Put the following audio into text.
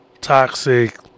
toxic